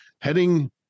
heading